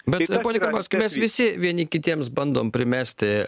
bet pone karbauski mes visi vieni kitiems bandom primesti